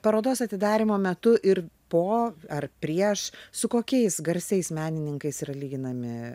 parodos atidarymo metu ir po ar prieš su kokiais garsiais menininkais yra lyginami